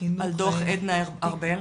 חינוך --- על דוח עדנה ארבל.